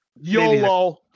YOLO